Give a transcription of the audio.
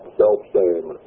self-same